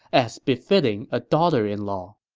as befitting a daugher-in-law.